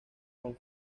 con